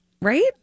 Right